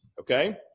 Okay